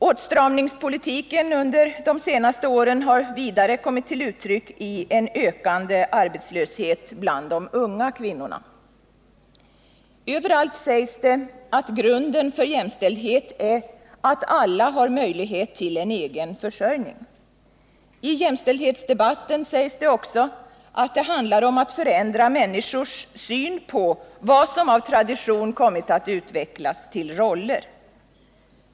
Åtstramningspolitiken under de senaste åren har vidare kommit till uttryck i en ökande arbetslöshet bland de unga kvinnorna. Överallt sägs det att grunden för jämställdhet är att alla har möjlighet till en egen försörjning. I jämställdhetsdebatten sägs det också att det handlar om att förändra människors syn på vad som av tradition kommit att utvecklas till roller.